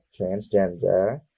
transgender